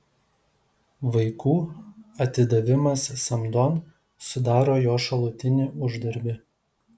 vaikų atidavimas samdon sudaro jo šalutinį uždarbį